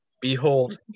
Behold